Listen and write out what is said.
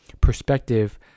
perspective